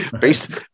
Based